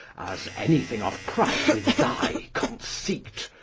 as any thing of price with thy conceit?